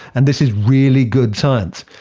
and this is really good science.